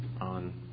on